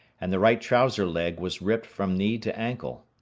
and the right trouser leg was ripped from knee to ankle.